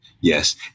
Yes